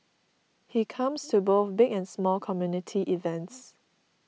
he comes to both big and small community events